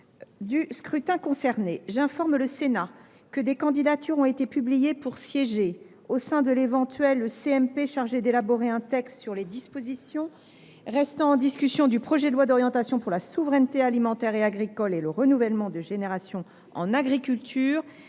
des scrutins concernés. J’informe le Sénat que des candidatures ont été publiées pour siéger au sein de la commission mixte paritaire chargée d’élaborer un texte sur les dispositions restant en discussion du projet de loi d’orientation pour la souveraineté alimentaire et agricole et le renouvellement des générations en agriculture